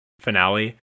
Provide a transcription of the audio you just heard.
finale